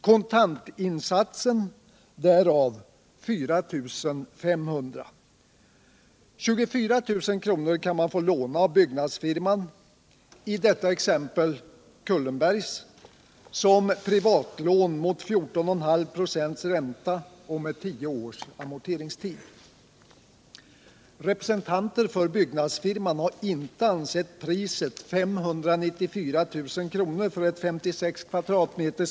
Kontantinsatsen därav 4 500 kr. 24 000 kan man få låna av byggnadsfirman, i detta exempel Kullenbergs, som privatlån mot 14,5 26 ränta och med tio-års amorteringstid. Representanter för byggnadsfirman har inte ansett priset, 594 000 kr. för ett 56 m?